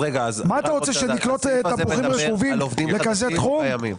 מה אתה רוצה, שלקלוט תפוחים רקובים לכזה תחום?